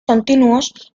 continuos